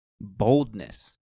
boldness